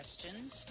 questions